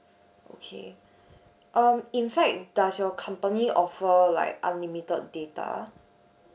okay um in fact does your company offer like unlimited data